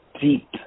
deep